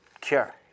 cure